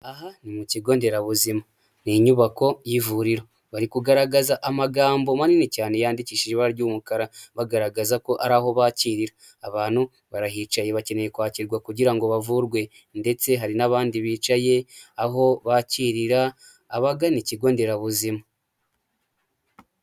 Aha ni mu kigo nderabuzima, ni inyubako y'ivuriro, bari kugaragaza amagambo manini cyane yandikishije ibara ry'umukara, bagaragaza ko ari aho bakirira, abantu barahicaye bakeneye kwakirwa kugira ngo bavurwe, ndetse hari n'abandi bicaye aho bakirira abagana ikigo nderabuzima.